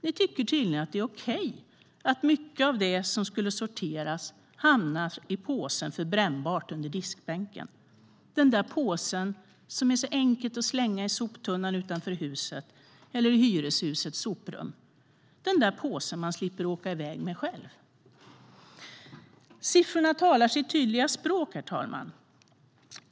Ni tycker tydligen att det är okej att mycket av det som skulle sorteras hamnar i påsen för brännbart under diskbänken, den där påsen som det är så enkelt att slänga i soptunnan utanför huset eller i hyreshusets soprum, den där påsen som man slipper åka iväg med själv. Herr talman! Siffrorna talar sitt tydliga språk.